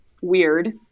weird